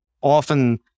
often